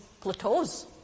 plateaus